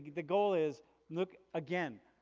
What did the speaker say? the goal is look again.